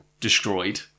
destroyed